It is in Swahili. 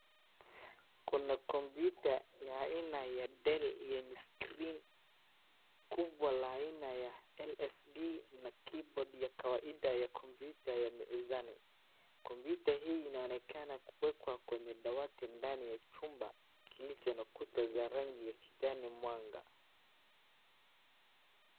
Kuna kompyuta ya aina ya Dell yenye skrini kubwa ya aina ya lsd na kibodi ya kawaida ya kompyuta ya mezani kompyuta hii inaonekana kuwekwa kwenye dawati ndani ya chumba, kilicho na kuta za rangi ya kijanimwanga.